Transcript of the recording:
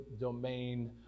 domain